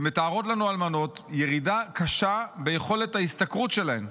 ומתארות לנו אלמנות ירידה קשה ביכולת ההשתכרות שלהן,